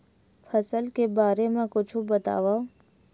फसल के बारे मा कुछु बतावव